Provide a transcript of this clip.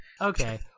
Okay